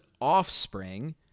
offspring